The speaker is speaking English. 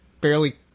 barely